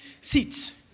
seats